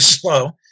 slow